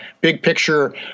big-picture